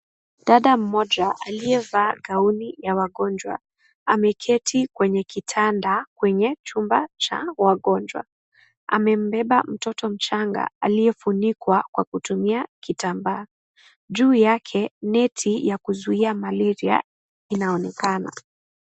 Dada mmoja aliyevaa gauni ya wagonjwa ameketi kwenye kitanda, kwenye chumba cha wagonjwa. Amembeba mtoto mchanga aliyefunikwa kwa kutumia kitambaa. Juu yake net ya kuzuia malaria inaonekana.